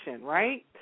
Right